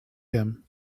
him